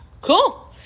Cool